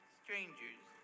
strangers